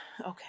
okay